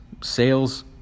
sales